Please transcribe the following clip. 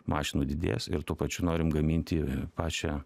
mašinų didės ir tuo pačiu norim gaminti pačią